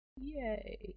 Yay